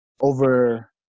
over